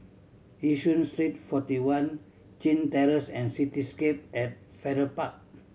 Yishun Street Forty One Chin Terrace and Cityscape at Farrer Park